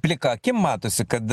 plika akim matosi kad